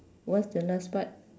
what's the last part